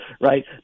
right